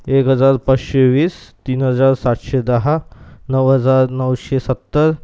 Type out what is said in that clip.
एक हजार पाचशे वीस तीन हजार सातशे दहा नऊ हजार नऊशे सत्तर